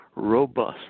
Robust